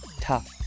tough